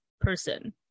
person